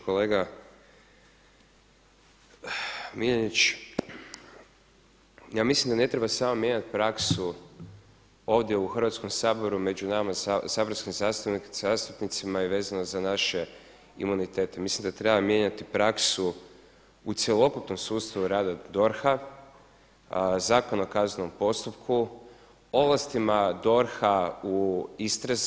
Kolega Miljenić, ja mislim da ne treba samo mijenjati praksu ovdje u Hrvatskom saboru, među nama saborskim zastupnicima i vezano za naše imunitete, mislim da treba mijenjati praksu u cjelokupnom sustavu rada DORH-a, Zakona o kaznenom postupku, ovlastima DORH-a u istrazi.